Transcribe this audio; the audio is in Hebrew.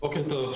בוקר טוב.